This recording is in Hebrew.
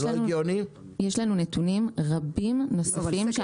יש לנו נתונים רבים נוספים.